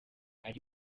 hari